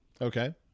Okay